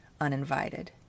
uninvited